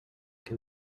can